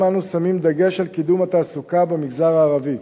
אנו שמים דגש על קידום התעסוקה במגזר הערבי.